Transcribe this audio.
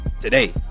today